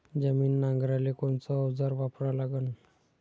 जमीन नांगराले कोनचं अवजार वापरा लागन?